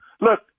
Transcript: Look